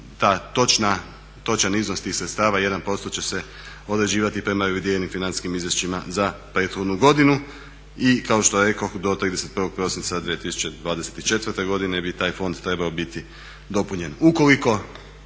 taj točan iznos tih sredstava 1% će se određivati prema revidiranim financijskim izvješćima za prethodnu godinu. I kao što rekoh do 31. prosinca 2024. godine bi taj fond trebao biti dopunjen.